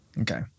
Okay